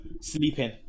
sleeping